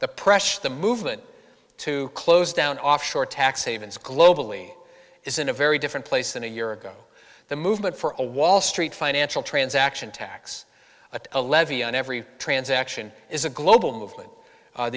the pressure of the movement to close down offshore tax havens globally is in a very different place than a year ago the movement for a wall street financial transaction tax a levy on every transaction is a global movement